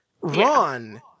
Ron